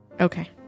Okay